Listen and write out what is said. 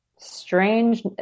strange